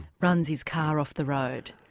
runs his car off the road,